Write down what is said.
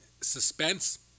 suspense